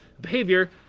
behavior